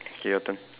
okay your turn